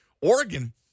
Oregon